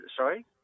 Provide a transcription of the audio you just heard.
sorry